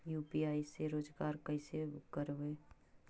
UPI से रोजगार कैसे करबय?